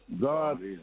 God